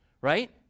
right